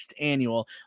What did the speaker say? annual